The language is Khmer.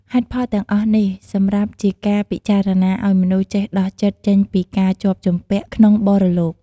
ហេតុផលទាំងអស់នេះ សម្រាប់ជាការពិចារណាអោយមនុស្សចេះដោះចិត្តចេញពីការជាប់ជំពាក់ក្នុងបរលោក។